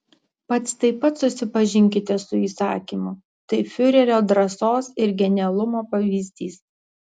pats taip pat susipažinkite su įsakymu tai fiurerio drąsos ir genialumo pavyzdys